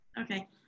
Okay